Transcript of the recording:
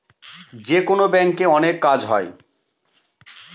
যেকোনো ব্যাঙ্কে অনেক কাজ হয়